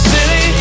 City